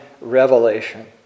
revelation